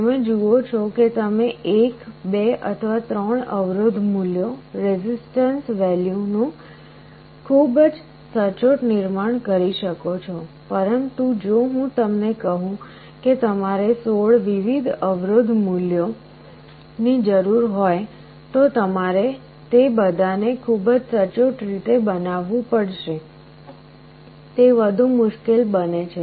તમે જુઓ છો કે તમે 1 2 અથવા 3 અવરોધ મૂલ્યો રેઝિસ્ટન્સ વેલ્યુ નું ખૂબ જ સચોટ નિર્માણ કરી શકો છો પરંતુ જો હું તમને કહું કે તમારે 16 વિવિધ અવરોધ મૂલ્યો રેઝિસ્ટન્સ વેલ્યુ ની જરૂર હોય તો તમારે તે બધાને ખૂબ જ સચોટ રીતે બનાવવું પડશે તે વધુ મુશ્કેલ બને છે